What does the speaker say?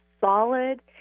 solid